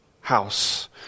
house